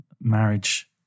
marriage